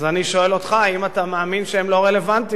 אז אני שואל אותך: האם אתה מאמין שהן לא רלוונטיות?